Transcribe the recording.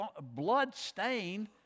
blood-stained